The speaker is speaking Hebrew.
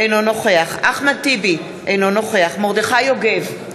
אינו נוכח אחמד טיבי, אינו נוכח מרדכי יוגב,